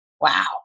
wow